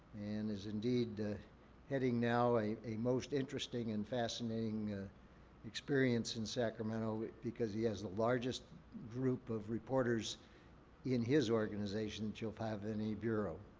and is indeed heading now a a most interesting and fascinating experience in sacramento because he has the largest group of reporters in his organization that you'll have any bureau.